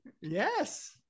Yes